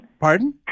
Pardon